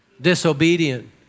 disobedient